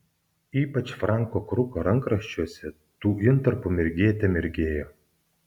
ypač franko kruko rankraščiuose tų intarpų mirgėte mirgėjo